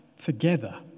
together